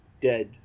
dead